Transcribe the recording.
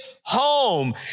home